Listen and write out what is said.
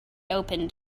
opened